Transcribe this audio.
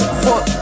fuck